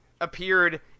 appeared